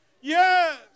Yes